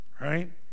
right